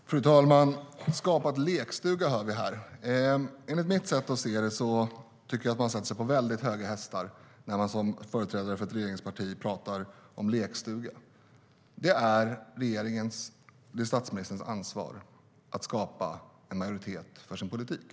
Fru talman! Skapat lekstuga, hör vi här! Enligt mitt sätt att se tycker jag att man sätter sig på sina höga hästar när man som företrädare för ett regeringsparti pratar om lekstuga. Det är regeringens och statsministerns ansvar att skapa en majoritet för sin politik.